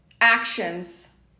actions